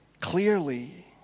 clearly